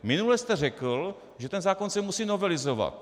Minule jste řekl, že ten zákon se musí novelizovat.